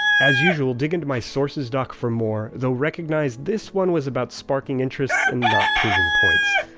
as usual, dig into my sources doc for more, though recognize this one was about sparking interest and not proving points.